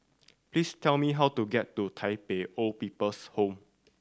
please tell me how to get to Tai Pei Old People's Home